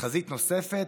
חזית נוספת,